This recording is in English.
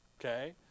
Okay